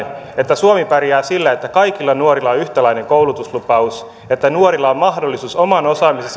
että suomi pärjää sillä että kaikilla nuorilla on yhtäläinen koulutuslupaus ja että nuorilla on mahdollisuus oman osaamisensa ja